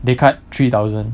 they cut three thousand